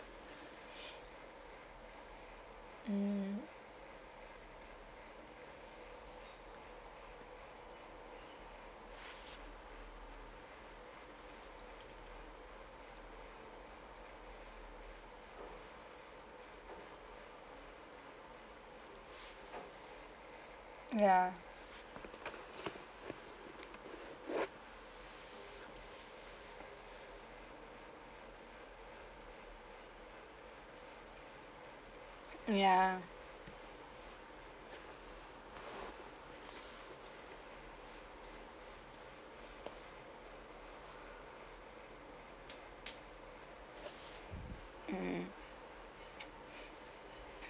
mm ya mm ya mm